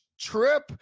trip